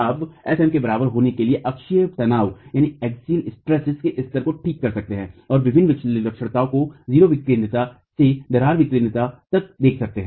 आप f m के बराबर होने के लिए अक्षीय तनाव के स्तर को ठीक कर सकते हैं और विभिन्न विलक्षणताओं को 0 विकेंद्रिता से दरार विकेंद्रिता तक देख सकते हैं